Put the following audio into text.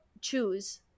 choose